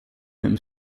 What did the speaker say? même